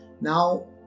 Now